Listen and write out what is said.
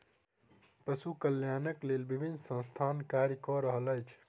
पशु कल्याणक लेल विभिन्न संस्थान कार्य क रहल अछि